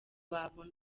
babona